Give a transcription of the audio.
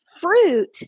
Fruit